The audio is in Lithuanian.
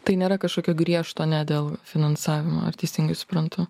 tai nėra kažkokio griežto ne dėl finansavimo ar teisingai suprantu